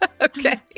Okay